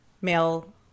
male